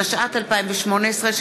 התשע"ט 2018,